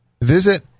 Visit